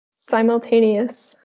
simultaneous